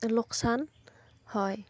লোকচান হয়